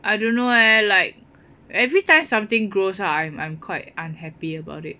I don't know leh like every time something grows out I'm I'm quite unhappy about it